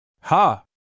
Ha